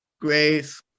Grace